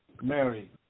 Mary